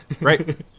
right